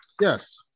yes